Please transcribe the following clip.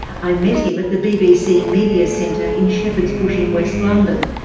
i met him at the bbc media centre in shepherd's bush in west london,